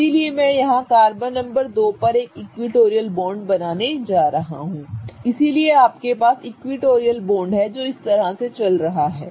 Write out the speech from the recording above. इसलिए मैं यहां कार्बन नंबर 2 पर एक इक्विटोरियल बॉन्ड बनाने जा रहा हूं इसलिए आपके पास इक्विटोरियल बॉन्ड है जो इस तरह से चल रहा है